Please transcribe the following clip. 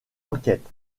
enquête